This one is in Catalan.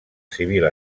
civil